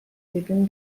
within